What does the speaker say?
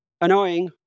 annoying